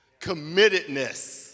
committedness